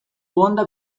honda